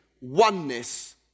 oneness